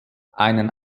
einen